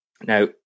Now